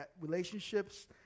relationships